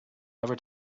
ever